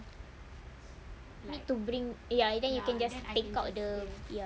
need to bring ya then you can just take out the ya